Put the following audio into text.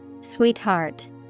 Sweetheart